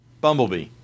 Bumblebee